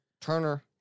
Turner